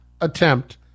attempt